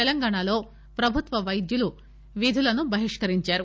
తెలంగాణలో ప్రభుత్వ వైద్యులు విధులను బహిష్కరించారు